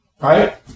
Right